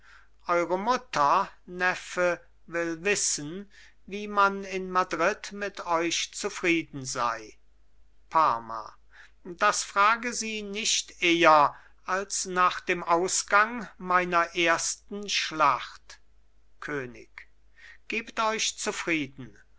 eure mutter neffe will wissen wie man in madrid mit euch zufrieden sei parma das frage sie nicht eher als nach dem ausgang meiner ersten schlacht könig gebt euch zufrieden